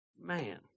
Man